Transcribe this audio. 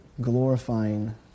glorifying